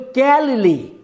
galilee